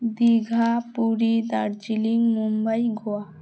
Digha Puri Darjeeling Mumbai Goa